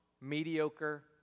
mediocre